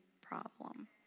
problem